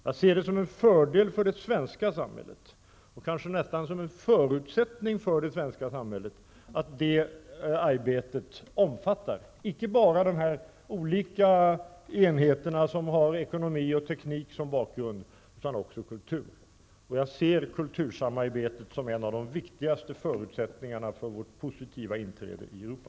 Jag ser det som en fördel för det svenska samhället, nästan som en förutsättning för det svenska samhället, att det arbetet omfattar icke bara det som har ekonomi och teknik som bakgrund utan också kultur. Jag ser kultursamarbetet som en av de viktigaste förutsättningarna för vårt positiva inträde i Europa.